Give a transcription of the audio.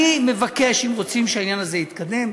אני מבקש, אם רוצים שהעניין הזה יתקדם,